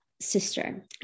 sister